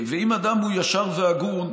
ואם אדם הוא ישר והגון,